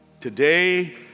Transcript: today